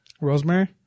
Rosemary